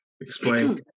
explain